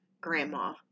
grandma